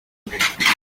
umwe